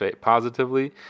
positively